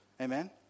Amen